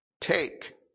take